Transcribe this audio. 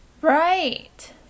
Right